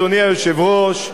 אדוני היושב-ראש,